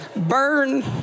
burn